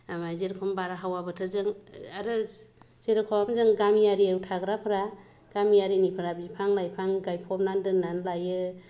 ओमफ्राय जेरेखम बारहावा बोथोरजों आरो जेरखम जों गामियाव थाग्राोफोरा गामियारिफोरा बिफां लाइफां गायफबनानै दोननानै लायो